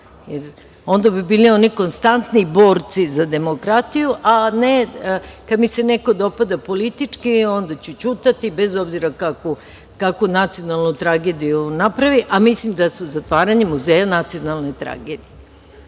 onda bi bili oni konstantni borci za demokratiju, a ne kad mi se neko dopada politički, onda ću ćutati, bez obzira kakvu nacionalnu tragediju napravi, a mislim da je zatvaranje muzeja nacionalna